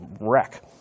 wreck